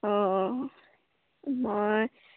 অঁ অঁ মই